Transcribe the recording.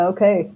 Okay